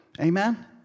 Amen